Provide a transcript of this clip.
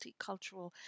multicultural